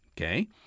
okay